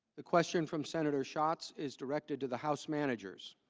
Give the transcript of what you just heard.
the question from senator sharks is directed to the house managers